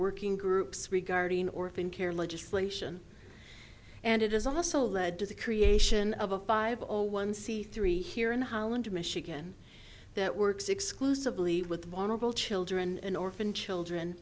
working groups regarding orphan care legislation and it has also led to the creation of a five all one c three here in holland michigan that works exclusively with vulnerable children and orphan children